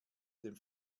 dem